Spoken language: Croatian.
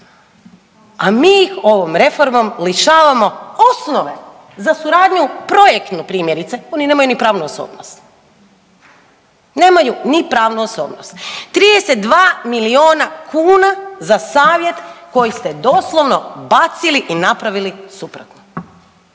A mi ih ovom reformom lišavamo osnove za suradnju, projektnu primjerice, oni nemaju ni pravnu osobnost. Nemaju ni pravnu osobnost. 32 milijuna kuna za savjet koji ste doslovno bacili i napravili suprotno.